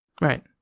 Right